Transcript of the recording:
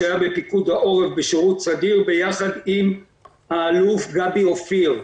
כשהיה בפיקוד העורף בשירות סדיר יחד עם האלוף גבי אופיר.